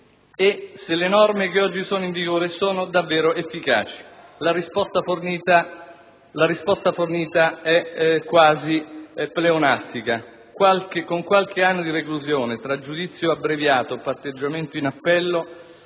e se le norme oggi in vigore sono davvero efficaci. La risposta fornita dall'ordinamento è quasi pleonastica. Con qualche anno di reclusione, tra giudizio abbreviato, patteggiamento in appello,